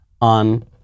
on